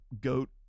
goat